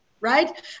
right